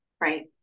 Right